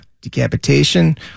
decapitation